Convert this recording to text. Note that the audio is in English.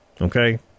Okay